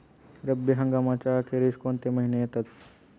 रब्बी हंगामाच्या अखेरीस कोणते महिने येतात?